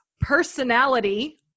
personality